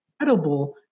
incredible